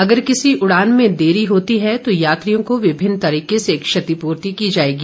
अगर किसी उड़ान में देरी होती है तो यात्रियों को विभिन्न तरीकें से क्षतिपूर्ती की जाएगी